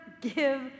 give